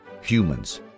Humans